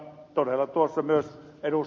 todella tuossa myös ed